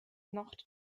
noch